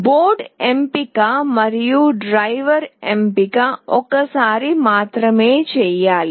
board ఎంపిక మరియు driver ఎంపిక ఒక్కసారి మాత్రమే చేయాలి